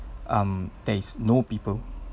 um there is no people